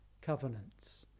covenants